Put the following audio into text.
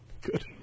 Good